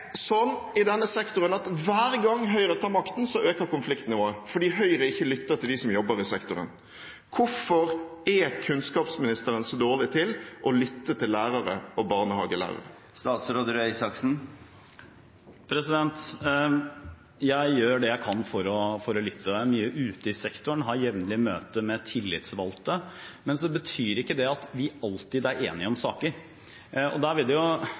sånn i denne sektoren at hver gang Høyre tar makten, øker konfliktnivået fordi Høyre ikke lytter til dem som jobber i sektoren. Hvorfor er kunnskapsministeren så dårlig til å lytte til lærere og barnehagelærere? Jeg gjør det jeg kan for å lytte, jeg er mye ute i sektoren, har jevnlige møter med tillitsvalgte, men så betyr ikke det at vi alltid er enige om saker. Man kan i og